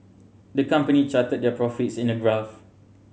the company charted their profits in a graph